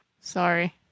Sorry